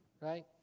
right